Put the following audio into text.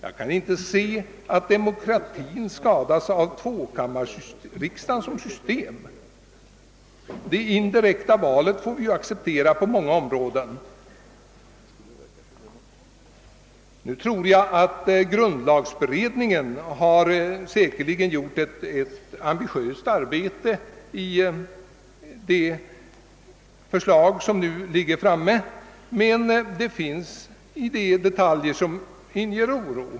Jag kan inte se att demokratin skadas av systemet med tvåkammarriksdag. Det indirekta valet får vi ju ändå acceptera på många områden. Nu har grundlagberedningen säkert gjort ett ambitiöst arbete, men det finns detaljer i det föreliggande förslaget som inger oro.